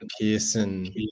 Pearson